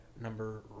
number